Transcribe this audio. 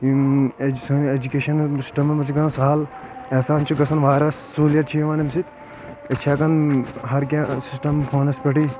یِم اٮ۪ج سانہِ اٮ۪جکیشن سسٹمن چھِ گژھان سہل احسان چھِ گژھان واریاہ سہوٗلیت چھِ یِوان امہِ سۭتۍ اسہِ أسۍ چھِ ہٮ۪کان ہر کیٚنٛہہ سسٹم فونس پٮ۪ٹھٕے